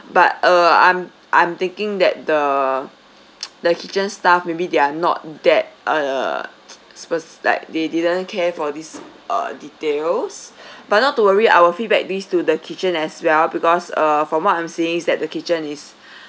but uh I'm I'm thinking that the the kitchen staff maybe they're not that uh speci~ like they didn't care for this uh details but not to worry I will feedback this to the kitchen as well because uh from what I'm seeing is that the kitchen is